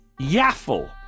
Yaffle